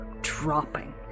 dropping